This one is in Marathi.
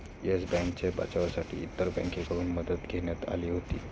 येस बँकेच्या बचावासाठी इतर बँकांकडून मदत घेण्यात आली होती